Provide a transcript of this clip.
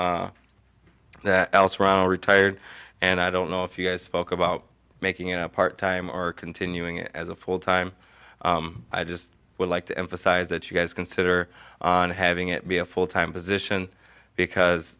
that retired and i don't know if you guys spoke about making it a part time or continuing it as a full time i just would like to emphasize that you guys consider having it be a full time position